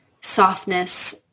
softness